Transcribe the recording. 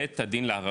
על בית הדין לערערים.